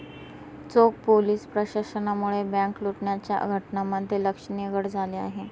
चोख पोलीस प्रशासनामुळे बँक लुटण्याच्या घटनांमध्ये लक्षणीय घट झाली आहे